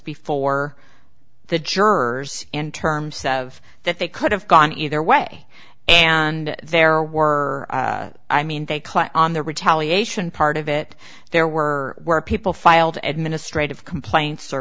before the jurors in terms of that they could have gone either way and there were i mean they click on the retaliation part of it there were people filed administrative complaints or